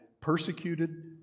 persecuted